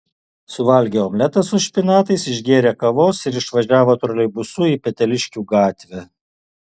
suvalgė omletą su špinatais išgėrė kavos ir išvažiavo troleibusu į peteliškių gatvę